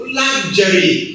luxury